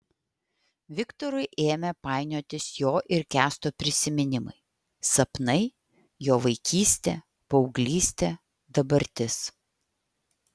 viktorui ėmė painiotis jo ir kęsto prisiminimai sapnai jo vaikystė paauglystė dabartis